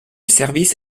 service